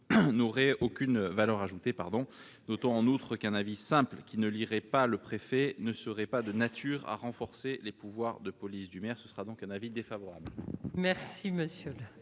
n'aurait aucune valeur ajoutée, pardon, notons en outre qu'un avis simple qui ne lirait pas le préfet ne serait pas de nature à renforcer les pouvoirs de police du maire, ce sera donc un avis défavorable.